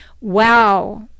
Wow